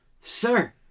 sir